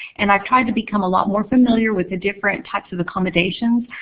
and i tried to become a lot more familiar with the different types of accommodation.